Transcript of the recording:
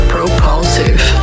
Propulsive